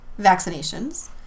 vaccinations